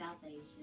salvation